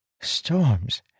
Storms